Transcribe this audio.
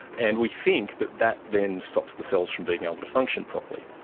and we think that that then stops the cells from being able to function properly.